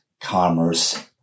commerce